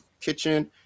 kitchen